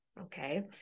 Okay